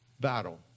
battle